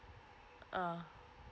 ah